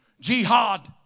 Jihad